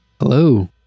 Hello